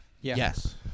Yes